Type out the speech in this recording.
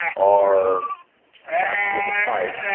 are captured in the pipe.